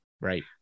right